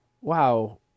wow